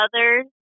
others